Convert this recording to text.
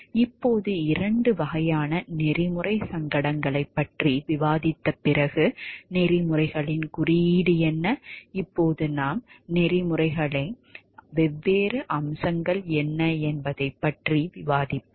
இப்போது இரண்டு வகையான நெறிமுறை சங்கடங்களைப் பற்றி விவாதித்த பிறகு நெறிமுறைகளின் குறியீடு என்ன இப்போது நாம் நெறிமுறைகளின் வெவ்வேறு அம்சங்கள் என்ன என்பதைப் பற்றி விவாதிப்போம்